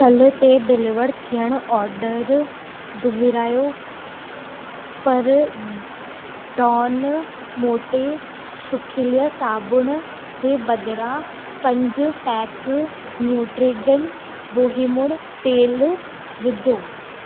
कल ते डिलेवर थियल ऑडर दुहिरायो परि डॉन मोटे सुखीलिय साबुण जे बदिरां पंजि पैक न्यूट्रीगन बोहीमुड़ तेलु विझो